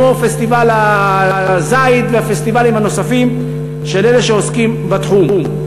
כמו פסטיבל הזית והפסטיבלים הנוספים של אלה שעוסקים בתחום.